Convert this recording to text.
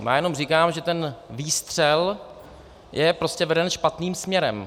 Já jenom říkám, že ten výstřel je prostě veden špatným směrem.